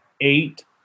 eight